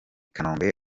kanombe